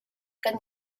kan